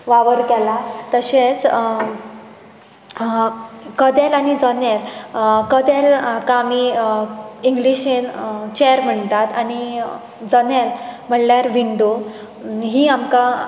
वावर केला तशेंच कदेल आनी जनेल कदेलाक आमी इंग्लिशीन चॅर म्हणटात जनेल म्हणल्यार विंडो हीं आमकां